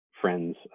friends